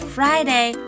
Friday